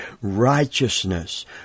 righteousness